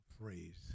phrase